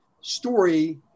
story